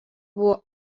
buvo